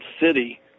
city